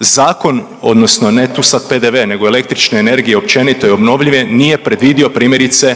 Zakon odnosno ne tu sad PDV nego električne energije općenito i obnovljive nije predvidio primjerice